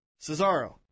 Cesaro